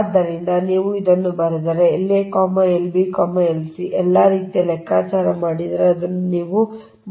ಆದ್ದರಿಂದ ನೀವು ಇದನ್ನು ಬರೆದರೆ La Lb Lc ಎಲ್ಲಾ ರೀತಿಯ ಲೆಕ್ಕಾಚಾರ ಮಾಡಿದರೆ ಅದನ್ನು ಇಲ್ಲಿ ಮಾತ್ರ ಮಾಡಲು ಸಾಧ್ಯವಿಲ್ಲ